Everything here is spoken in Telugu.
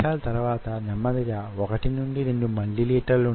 నిజానికి తక్కువగా వుండి వుండవచ్చు